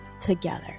together